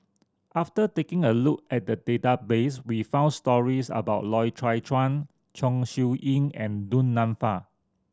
after taking a look at the database we found stories about Loy Chye Chuan Chong Siew Ying and Du Nanfa